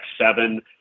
seven